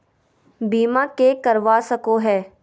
बीमा के करवा सको है?